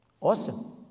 awesome